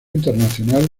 internacional